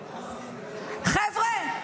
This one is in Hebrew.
חבר'ה,